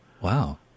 wow